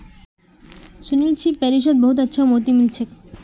सुनील छि पेरिसत बहुत अच्छा मोति मिल छेक